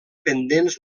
pendents